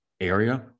area